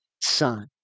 son